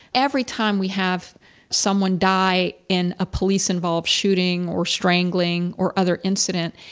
every time we have someone die in a police-involved shooting or strangling or other incident,